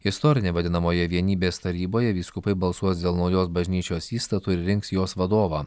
istorine vadinamoje vienybės taryboje vyskupai balsuos dėl naujos bažnyčios įstatų ir rinks jos vadovą